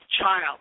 child